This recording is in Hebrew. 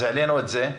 העלינו את זה.